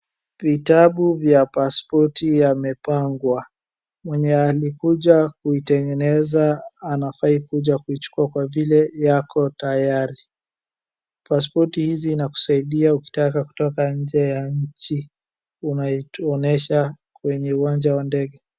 Vitabu vya pasipoti yamepangwa. Mwenye alikuja kuitengeneza anafaa kuja kuichukua kwa vile yako tayari. Pasipoti hizi inakusaidia ukitaka kutoka nje ya nchi unaionyesha kwenye uwanja wa ndege.